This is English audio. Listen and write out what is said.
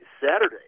Saturday